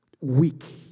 weak